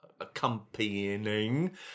Accompanying